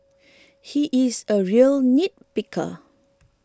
he is a real nitpicker